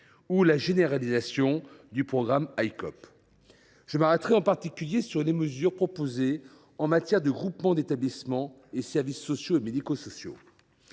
ou la généralisation du programme Icope. Je m’arrêterai en particulier sur les mesures proposées en matière de groupements d’établissements et services sociaux et médico sociaux.